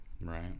Right